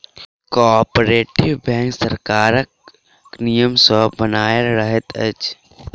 cooperative bank सरकारक नियम सॅ बन्हायल रहैत अछि